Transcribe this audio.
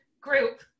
group